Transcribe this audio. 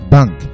Bank